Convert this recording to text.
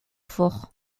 fort